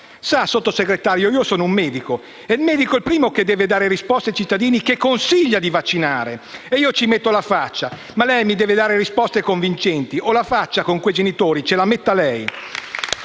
Sottosegretario, io sono un medico ed il medico è il primo che deve dare risposte ai cittadini che consiglia di vaccinare. Io ci metto la faccia, ma lei mi deve dare risposte convincenti; altrimenti, la faccia con quei genitori ce la metta lei!